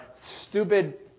stupid